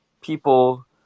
people